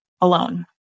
alone